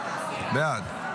בעד.